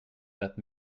that